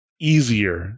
easier